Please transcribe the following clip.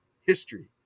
history